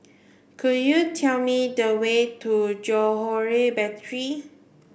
could you tell me the way to Johore Battery